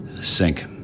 sink